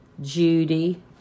Judy